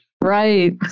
right